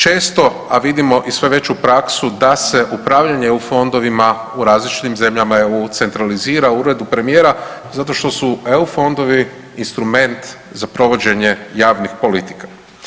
Često a vidimo i sve veću praksu da se upravljanje EU fondovima u različitim zemljama EU centralizira u Uredu premijera zato što su EU fondovi instrument za provođenje javnih politika.